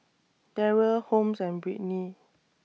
Darryl Holmes and Brittney